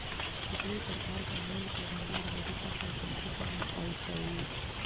किसी भी प्रकार का मूल्य का भंडार आगे चलकर काफी काम आईतई